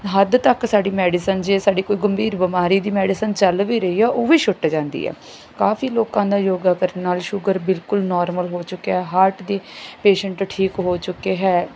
ਹੱਦ ਤੱਕ ਸਾਡੀ ਮੈਡੀਸਨ ਜੇ ਸਾਡੀ ਕੋਈ ਗੰਭੀਰ ਬਿਮਾਰੀ ਦੀ ਮੈਡੀਸਨ ਚੱਲ ਵੀ ਰਹੀ ਆ ਉਹ ਵੀ ਛੁੱਟ ਜਾਂਦੀ ਹੈ ਕਾਫੀ ਲੋਕਾਂ ਦਾ ਯੋਗਾ ਕਰਨ ਨਾਲ ਸ਼ੂਗਰ ਬਿਲਕੁਲ ਨੋਰਮਲ ਹੋ ਚੁੱਕਿਆ ਹਾਰਟ ਦੇ ਪੇਸ਼ੈਂਟ ਠੀਕ ਹੋ ਚੁੱਕੇ ਹੈ